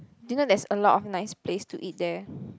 do you know there's a lot of nice place to eat there